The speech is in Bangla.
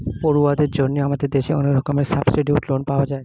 পড়ুয়াদের জন্য আমাদের দেশে অনেক রকমের সাবসিডাইস্ড্ লোন পাওয়া যায়